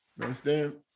understand